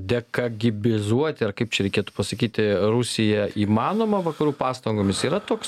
dekagibizuoti ar kaip čia reikėtų pasakyti rusiją įmanoma vakarų pastangomis yra toks